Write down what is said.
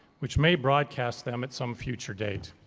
which may broadcast them at some future date.